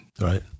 Right